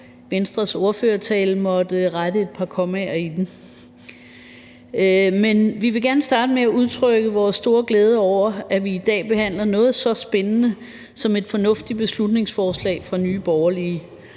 Venstres ordførertale måtte rette et par kommaer. Vi vil gerne starte med at udtrykke vores store glæde over, at vi i dag behandler noget så spændende som et fornuftigt beslutningsforslag fra Nye Borgerlige,